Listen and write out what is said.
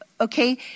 Okay